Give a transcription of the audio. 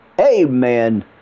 Amen